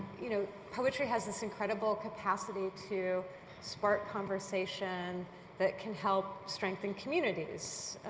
you know poetry has this incredible capacity to spark conversation that can help strengthen communities.